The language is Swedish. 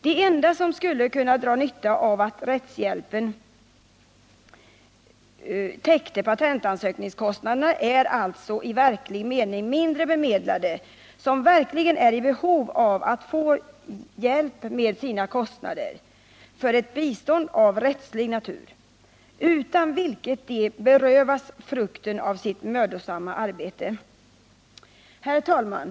De enda som skulle dra nytta av att rättshjälpen täckte patentansökningskostnaderna är alltså i reell mening mindre bemedlade, som verkligen är i behov av att få hjälp med sina kostnader för ett bistånd av rättslig natur, utan vilket de kan berövas frukten av sitt mödosamma arbete. Herr talman!